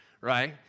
right